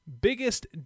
biggest